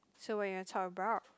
so what you want talk about